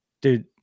dude